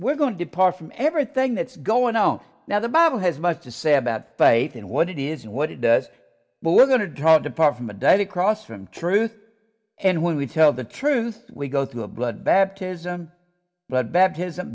we're going to depart from everything that's going on now the bible has much to say about faith and what it is and what it does but we're going to drive depart from a daily cross from truth and when we tell the truth we go through a blood bath but baptism